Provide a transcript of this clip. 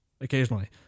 occasionally